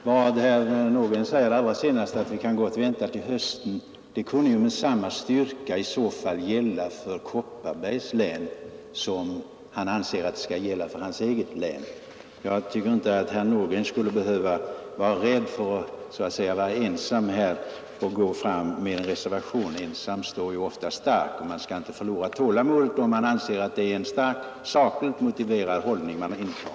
Herr talman! Vad herr Nordgren sade allra senast — att vi gott kan vänta till hösten — kunde ju med samma styrka gälla för Kopparbergs län som för hans eget. Jag tycker inte att herr Nordgren skulle behöva vara rädd för att ensam gå fram med en reservation här. Ensam står ju ofta starkare, och man skall inte förlora tålamodet om man anser att det är en sakligt starkt motiverad hållning man intar.